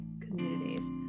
communities